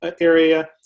Area